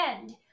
end